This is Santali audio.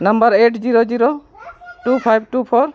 number eight zero zero two five two four